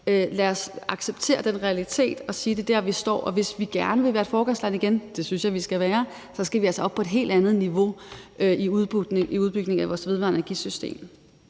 Lad os acceptere den realitet og sige, at det er der, vi står, og hvis vi gerne vil være et foregangsland igen – og det synes jeg vi skal være – skal vi altså op på et helt andet niveau i udbygningen af vores vedvarende energi-system.